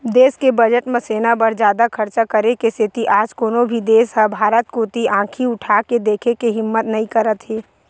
देस के बजट म सेना बर जादा खरचा करे के सेती आज कोनो भी देस ह भारत कोती आंखी उठाके देखे के हिम्मत नइ करत हे